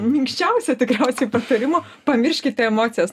minkščiausio tikriausiai patarimo pamirškite emocijas